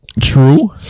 true